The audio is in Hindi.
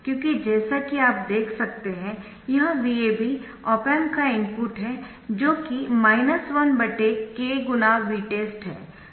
क्योंकि जैसा कि आप देख सकते है यह VAB ऑप एम्प का इनपुट है जो कि 1 K×Vtest है